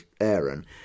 Aaron